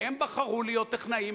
הם בחרו להיות טכנאים,